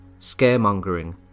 scaremongering